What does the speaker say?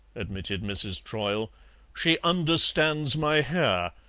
admitted mrs. troyle she understands my hair.